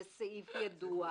זה סעיף ידוע,